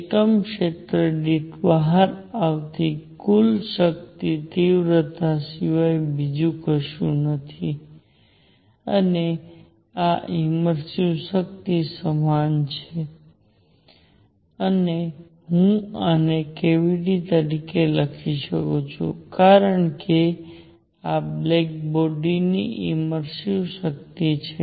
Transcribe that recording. એકમ ક્ષેત્ર દીઠ બહાર આવતી કુલ શક્તિ તીવ્રતા સિવાય બીજું કશું નથી અને આ ઇમર્સિવ શક્તિ સમાન પણ છે અને હું આને કેવીટી તરીકે લખી શકું છું કારણ કે આ બ્લેક બોડીની ઇમર્સિવ શક્તિ છે